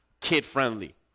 kid-friendly